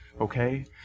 Okay